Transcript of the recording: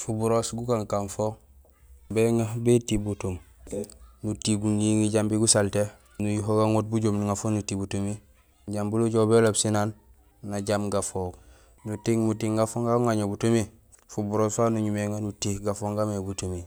Fuburoos gukan fo béŋa béti butum nuti guŋiŋi jambi usalté nuyuho gaŋoot bujoom nuŋa fo nuti butumi jambil ujoow béloob sin aan najam gafooŋ, nuting muting gafooŋ gagu guŋaŋo butumi fuburoos fafu nuñumé éŋa nuti gafooŋ gaamé butumi